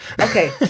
Okay